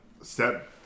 step